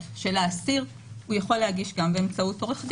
של האסיר הוא יכול להגיש גם באמצעות עורך דין,